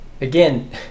again